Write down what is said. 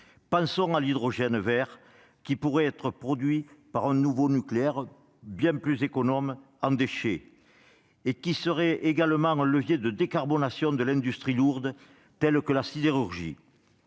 Pensons à l'hydrogène vert, qui pourrait être produit par un nouveau nucléaire, bien plus économe en déchets, et qui pourrait constituer un levier de décarbonation des industries lourdes comme la sidérurgie.